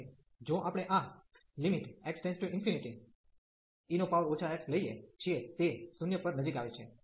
0 થી જો આપણે આ x→∞ e x લઈએ છીએ તે 0 પર નજીક આવે છે